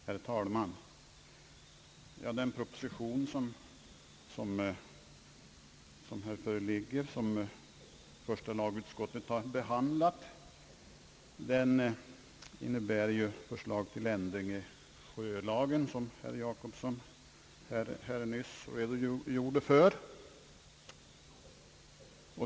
Herr talman! Föreliggande proposition, som första lagutskottet har behandlat, innebär ju förslag till ändring i sjölagen, vilket herr Jacobsson nyss redogjort för.